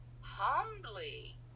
humbly